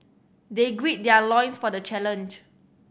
they gird their loins for the challenge